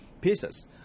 pieces